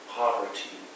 poverty